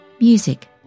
music